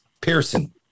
Pearson